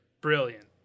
brilliant